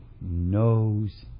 knows